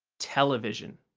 television.